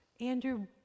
Andrew